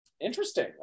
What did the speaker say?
Interesting